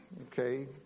Okay